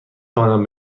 توانم